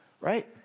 right